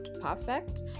perfect